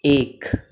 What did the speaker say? एक